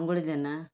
Jena